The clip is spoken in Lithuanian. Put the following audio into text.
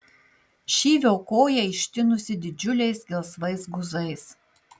šyvio koja ištinusi didžiuliais gelsvais guzais